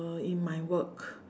or in my work